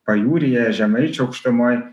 pajūryje žemaičių aukštumoj